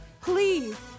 Please